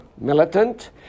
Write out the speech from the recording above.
militant